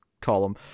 column